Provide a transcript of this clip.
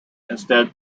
instead